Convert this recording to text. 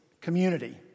community